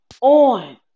on